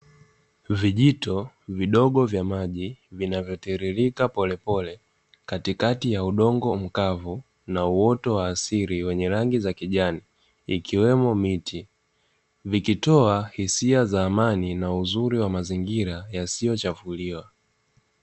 Vijito vidogo vya maji vinavyotiririka pole pole katikati ya udongo mkavu na uoto wa asili wenye rangi za kijani ikiwemo miti. Vikitoa hisia za amani na uzuri wa mazingira yasiyochafuriwa.